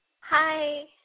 hi